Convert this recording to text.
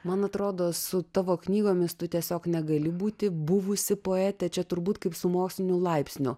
man atrodo su tavo knygomis tu tiesiog negali būti buvusi poetė čia turbūt kaip su moksliniu laipsniu